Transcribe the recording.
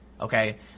okay